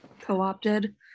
co-opted